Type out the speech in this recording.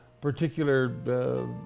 particular